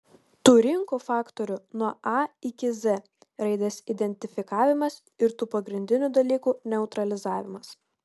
tų rinkos faktorių nuo a iki z raidės identifikavimas ir tų pagrindinių dalykų neutralizavimas